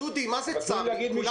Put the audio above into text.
דודי, מה זה "צר לי"?